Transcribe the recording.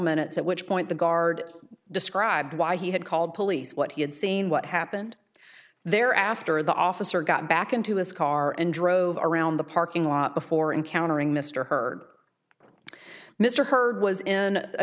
minutes at which point the guard described why he had called police what he had seen what happened there after the officer got back into his car and drove around the parking lot before encountering mr hurd mr hurd was in a